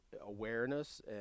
awareness